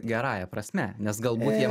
gerąja prasme nes galbūt jie